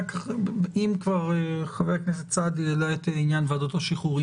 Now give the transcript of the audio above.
אם כבר חבר הכנסת סעדי העלה את עניין ועדות השחרורים,